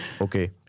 Okay